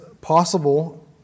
possible